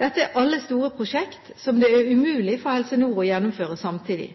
Dette er alle store prosjekter som det er umulig for Helse Nord å gjennomføre samtidig.